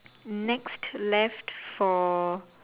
next left for